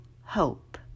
hope